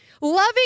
Loving